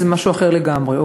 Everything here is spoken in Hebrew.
שזה משהו אחר לגמרי,